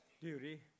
duty